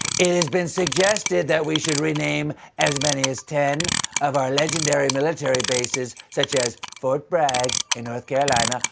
it has been suggested that we should rename as many as ten of our legendary military bases, such as fort bragg in north carolina,